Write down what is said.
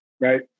right